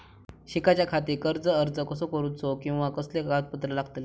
शिकाच्याखाती कर्ज अर्ज कसो करुचो कीवा कसले कागद लागतले?